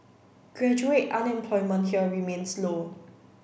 graduate unemployment here remains low